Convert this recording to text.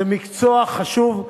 זה מקצוע חשוב,